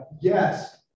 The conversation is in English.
Yes